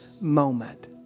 moment